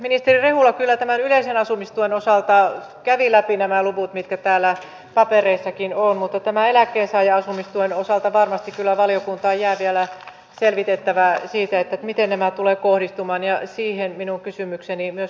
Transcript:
ministeri rehula kyllä tämän yleisen asumistuen osalta kävi läpi nämä luvut mitkä täällä papereissakin ovat mutta tämän eläkkeensaajan asumistuen osalta varmasti kyllä valiokuntaan jää vielä selvitettävää siitä miten nämä tulevat kohdistumaan ja siihen minun kysymykseni myös kohdistui